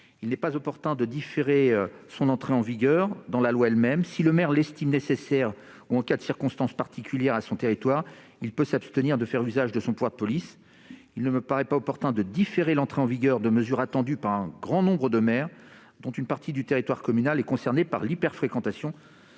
Il n'est pas opportun de différer son entrée en vigueur dans la loi elle-même. Si le maire l'estime nécessaire, ou en cas de circonstances particulières à son territoire, il peut s'abstenir de faire usage de son pouvoir de police. Je le rappelle, ces mesures sont attendues par un grand nombre de maires, dont une partie du territoire communal est concernée par l'hyperfréquentation.